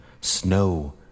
Snow